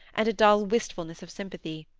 and a dull wistfulness of sympathy.